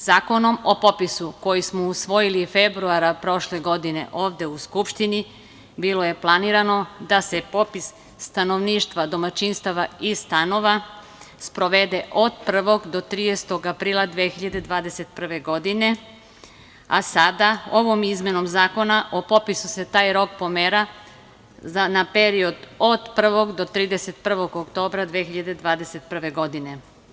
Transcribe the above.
Zakonom o popisu, koji smo usvojili februara prošle godine ovde u Skupštini, bilo je planirano da se popis stanovništva, domaćinstava i stanova sprovede od 1. do 30. aprila 2021. godine, a sada ovom izmenom Zakona o popisu se taj rok pomera na period od 1. do 31. oktobra 2021. godine.